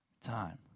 time